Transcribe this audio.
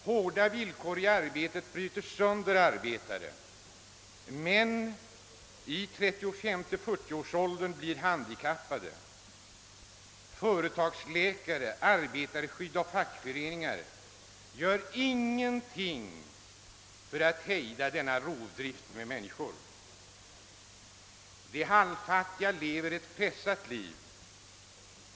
Hårda villkor i arbetet bryter sönder arbetare, män i 35—40-årsåldern blir handikappade. Företagsläkare, <arbetarskydd och fackföreningar gör ingenting för att hejda denna rovdrift. De halvfattiga lever ett pressat liv.